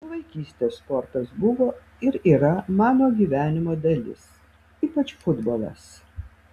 nuo vaikystės sportas buvo ir yra mano gyvenimo dalis ypač futbolas